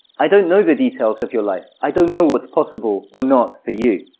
i don't know the details of your life. i don't know what's possible or not for you.